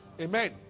Amen